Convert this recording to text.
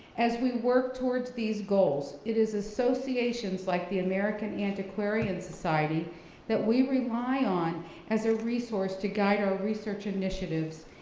as we work towards these goals, it is associations like the american antiquarian society that we rely on as a resource to guide our research initiatives,